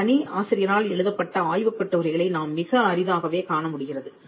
ஒரு தனி ஆசிரியரால் எழுதப்பட்ட ஆய்வுக் கட்டுரைகளை நாம் மிக அரிதாகவே காணமுடிகிறது